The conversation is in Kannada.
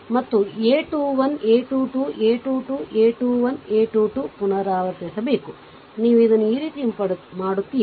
ಮತ್ತು a 21 a 2 2 a 2 2 a 21 a 2 2 ಪುನರಾವರ್ತಿಬೇಕು ನೀವು ಇದನ್ನು ಈ ರೀತಿ ಮಾಡುತ್ತೀರಿ